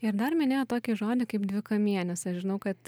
ir dar minėjot tokį žodį kaip dvikamienis aš žinau kad